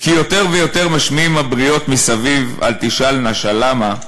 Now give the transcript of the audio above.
// כי יותר ויותר משמיעים הבריות / מסביב (אל תשאל נא שלמה)